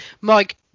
Mike